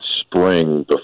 spring